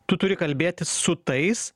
tu turi kalbėtis su tais